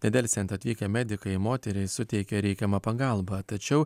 nedelsiant atvykę medikai moteriai suteikė reikiamą pagalbą tačiau